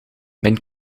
mijn